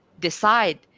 decide